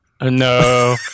no